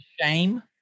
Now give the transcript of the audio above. shame